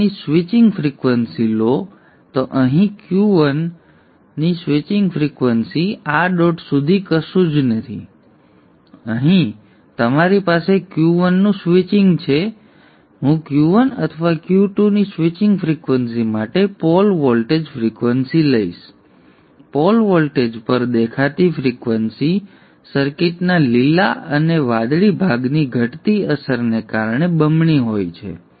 હવે જો તમે Q1ની સ્વિચિંગ ફ્રિક્વન્સી લો તો અહીં Q1 Q1 ની સ્વિચિંગ ફ્રીક્વન્સી લો તો આ ડોટ સુધી કશું જ નહીં અહીં તમારી પાસે Q1 નું સ્વિચિંગ છે હું Q1 અથવા Q2 ની સ્વિચિંગ ફ્રિક્વન્સી માટે પોલ વોલ્ટેજ ફ્રિક્વન્સી લઈશ પોલ વોલ્ટેજ પર દેખાતી ફ્રિક્વન્સી સર્કિટના લીલા અને વાદળી ભાગની ઘટતી અસરને કારણે બમણી હોય છે